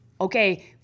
okay